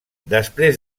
després